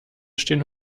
stehen